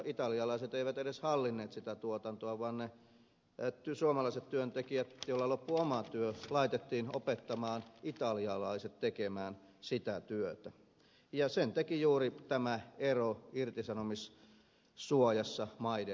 italialaiset eivät edes hallinneet sitä tuotantoa vaan ne suomalaiset työntekijät joilta loppui oma työ laitettiin opettamaan italialaiset tekemään sitä työtä ja sen teki juuri tämä ero irtisanomissuojassa maiden välillä